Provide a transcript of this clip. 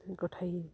गथायो